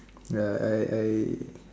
ya I I